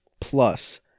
Plus